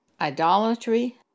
Idolatry